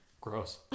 Gross